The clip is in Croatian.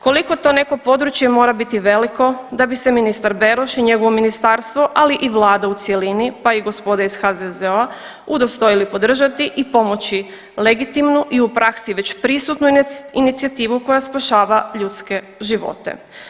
Koliko to neko područje mora biti veliko da bi se ministar Beroš i njegovo Ministarstvo, ali i Vlada u cjelini, pa i gospoda iz HZZO-a udostojili podržati i pomoći legitimnu i u praksi već prisutnu inicijativu koja spašava ljudske živote.